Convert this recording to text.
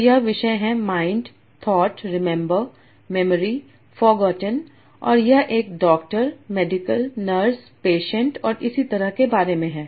तो यह विषय है mind thought remember memory forgotten और यह एक डॉक्टर मेडिकलनर्सपेशेंट और इसी तरह के बारे में है